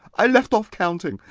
i left off counting.